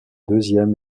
deuxième